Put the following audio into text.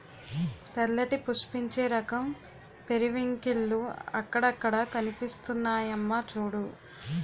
తెల్లటి పుష్పించే రకం పెరివింకిల్లు అక్కడక్కడా కనిపిస్తున్నాయమ్మా చూడూ